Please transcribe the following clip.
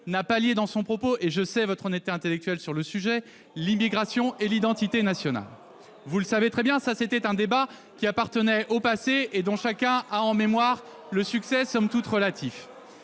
n'a pas lié dans son propos- et je sais votre honnêteté intellectuelle sur le sujet -l'immigration et l'identité nationale. Vous le savez très bien, ce débat appartient au passé et chacun garde en mémoire son succès somme toute relatif.